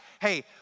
hey